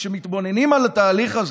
וכשמתבוננים על התהליך הזה,